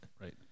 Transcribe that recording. Right